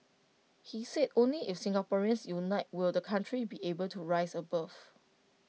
he said only if Singaporeans unite will the country be able to rise above